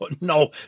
No